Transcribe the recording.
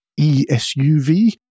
ESUV